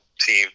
team